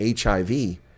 HIV